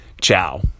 Ciao